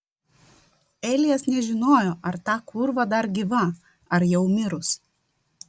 elijas nežinojo ar ta kūrva dar gyva ar jau mirus